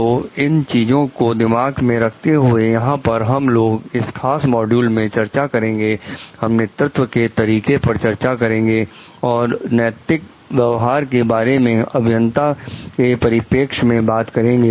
तो इन चीजों को दिमाग में रखते हुए यहां पर हम लोग इस खास मॉड्यूल में चर्चा करेंगे हम नेतृत्व के तरीके पर चर्चा करेंगे और नैतिक व्यवहार के बारे में अभियंता के परिपेक्ष में बात करेंगे